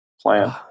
plan